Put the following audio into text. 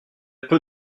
peu